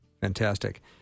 Fantastic